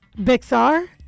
Bixar